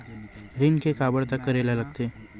ऋण के काबर तक करेला लगथे?